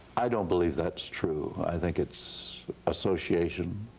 i don't believe that's true. i think it's association,